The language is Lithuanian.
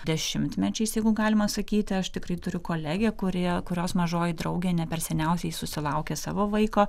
dešimtmečiais jeigu galima sakyti aš tikrai turiu kolegę kuri kurios mažoji draugė ne per seniausiai susilaukė savo vaiko